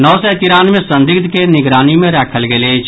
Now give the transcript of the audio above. नओ सय तिरानवे संदिग्ध के निगरानी मे राखल गेल अछि